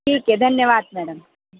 ठीकए धन्यवाद मॅडम